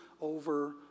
over